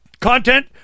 content